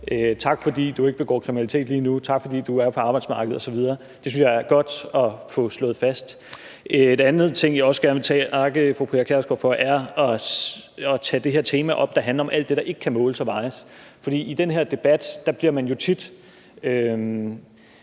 tak, fordi du ikke begår kriminalitet lige nu, og tak fordi du er på arbejdsmarkedet osv. Det synes jeg er godt at få slået fast. En anden ting, jeg også gerne vil takke fru Pia Kjærsgaard for, er for at tage det her tema op, der handler om alt det, der ikke kan måles og vejes. For i den her debat bliver det jo tit